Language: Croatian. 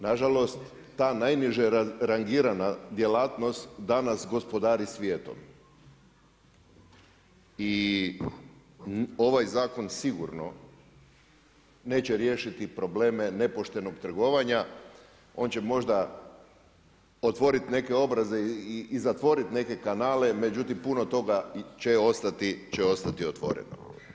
Nažalost, ta najniže rangirana djelatnost danas gospodari svijetom i ovaj zakon sigurno neće riješiti probleme nepoštenog trgovanja, on će možda otvoriti neke obraze i zatvoriti neke kanale, međutim puno toga će ostati otvoreno.